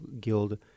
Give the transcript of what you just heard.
Guild